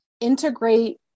integrate